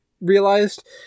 realized